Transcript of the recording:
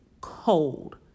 cold